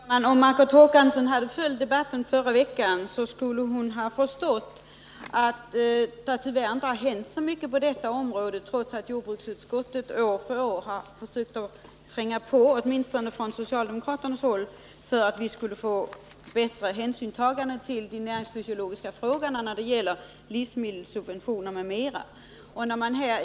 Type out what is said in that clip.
Fru talman! Om Margot Håkansson hade följt debatten förra veckan skulle hon ha förstått att det tyvärr inte har hänt så mycket på detta område trots att man i jordbruksutskottet — åtminstone från socialdemokratiskt håll — har försökt att trycka på för att få till stånd ett bättre hänsynstagande till de näringsfysiologiska frågorna där det gäller livsmedelssubventioner m.m.